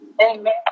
Amen